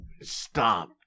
Stop